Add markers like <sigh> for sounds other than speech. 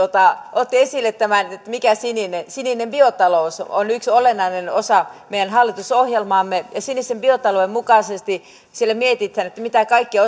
otti esille tämän sinisen sininen biotalous on yksi olennainen osa meidän hallitusohjelmaamme ja sinisen biotalouden mukaisesti siinä mietitään mitä kaikkia <unintelligible>